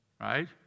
Right